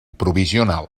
provisional